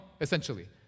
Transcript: essentially